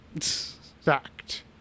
fact